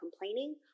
complaining